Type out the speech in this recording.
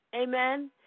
amen